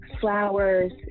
flowers